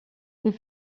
det